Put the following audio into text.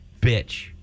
bitch